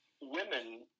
women